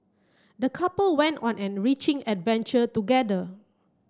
the couple went on an enriching adventure together